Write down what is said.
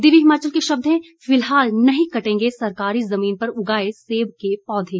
दिव्य हिमाचल के शब्द हैं फिलहाल नहीं कटेंगे सरकारी जमीन पर उगाए सेब के पौधे